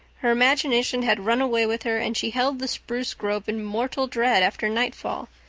her imagination had run away with her and she held the spruce grove in mortal dread after nightfall.